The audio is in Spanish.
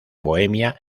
bohemia